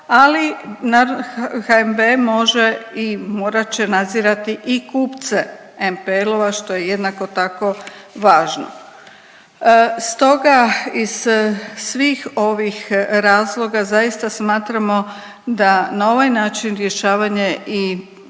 i morat će nadzirati i kupce MPL-ova što je jednako tako važno. Stoga iz svih ovih razloga zaista smatramo da na ovaj način rješavanje i